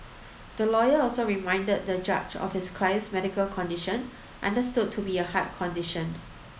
the lawyer also reminded the judge of his client's medical condition understood to be a heart condition